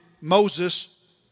Moses